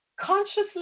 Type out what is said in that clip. consciously